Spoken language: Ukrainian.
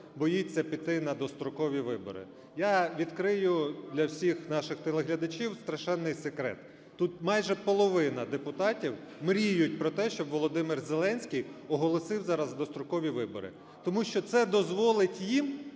боїться піти на дострокові вибори. Я відкрию для всіх наших телеглядачів страшенний секрет: тут майже половина депутатів мріють про те, щоб Володимир Зеленський оголосив зараз дострокові вибори, тому що це дозволить їм